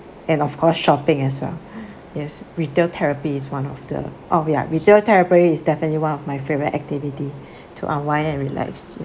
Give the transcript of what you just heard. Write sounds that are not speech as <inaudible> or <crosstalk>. and of course shopping as well as <breath> yes retail therapy is one of the oh ya retail therapy is definitely one of my favorite activity to unwind and relax